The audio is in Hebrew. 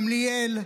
גמליאל,